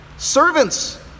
Servants